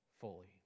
fully